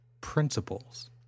principles